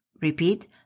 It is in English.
Repeat